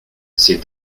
ces